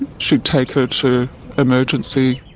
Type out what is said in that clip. she'd take her to emergency.